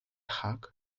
hog